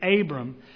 Abram